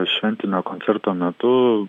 šventinio koncerto metu